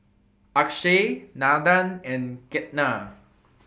Akshay Nandan and Ketna